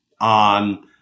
on